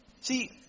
See